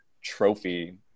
trophy